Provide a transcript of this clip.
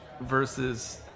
versus